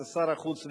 הם שר החוץ ואנוכי.